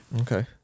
Okay